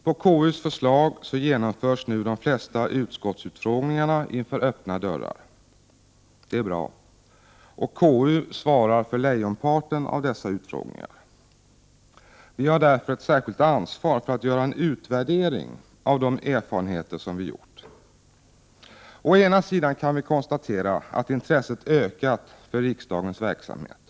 På KU:s förslag genomförs nu de flesta utskottsutfrågningarna inför öppna dörrar. Det är bra. Och KU svarar för lejonparten av dessa. Vi har därför ett särskilt ansvar för att göra en utvärdering av de erfarenheter som vi gjort. Å ena sidan kan vi konstatera att intresset ökat för riksdagens verksamhet.